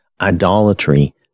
idolatry